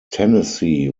tennessee